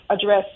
address